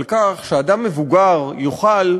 על כך שאדם מבוגר יוכל,